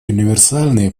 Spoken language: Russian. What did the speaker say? универсальной